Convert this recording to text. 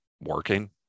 working